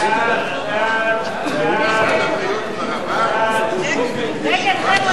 לשנות הכספים 2011 ו-2012,